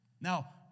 Now